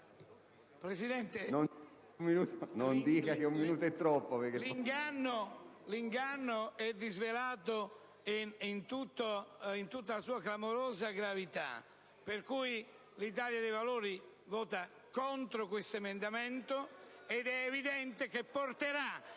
Presidente, l'inganno è disvelato in tutta la sua clamorosa gravità, per cui l'Italia dei Valori vota contro questo emendamento, ed è evidente che porterà